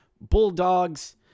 Bulldogs